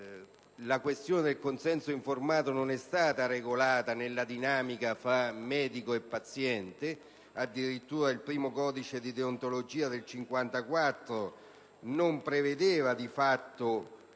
la questione del consenso informato non è stata regolata all'interno della dinamica tra medico e paziente. Addirittura il primo codice di deontologia, risalente al 1954, non prevedeva di fatto